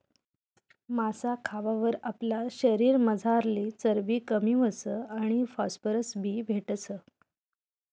मासा खावावर आपला शरीरमझारली चरबी कमी व्हस आणि फॉस्फरस बी भेटस